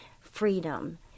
freedom